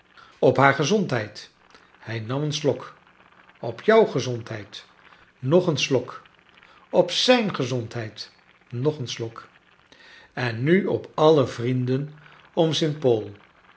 op haar gezondheid hij nam een slok op jouw gezondheid nog een slok op zijn gezondheid nog een slok en nu op alle vrienden om st paul